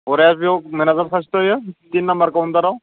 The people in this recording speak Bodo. बरिया बेयाव मेनेजार सासे जयो थिन नामबार काउन्टाराव